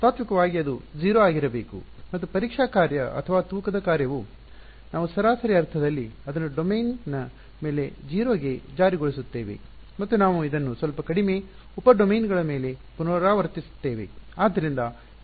ತಾತ್ತ್ವಿಕವಾಗಿ ಅದು 0 ಆಗಿರಬೇಕು ಮತ್ತು ಪರೀಕ್ಷಾ ಕಾರ್ಯ ಅಥವಾ ತೂಕದ ಕಾರ್ಯವು ನಾವು ಸರಾಸರಿ ಅರ್ಥದಲ್ಲಿ ಅದನ್ನು ಡೊಮೇನ್ನ ಮೇಲೆ 0 ಗೆ ಜಾರಿಗೊಳಿಸುತ್ತೇವೆ ಮತ್ತು ನಾವು ಇದನ್ನು ಸ್ವಲ್ಪ ಕಡಿಮೆ ಉಪ ಡೊಮೇನ್ಗಳ ಮೇಲೆ ಪುನರಾವರ್ತಿಸುತ್ತೇವೆ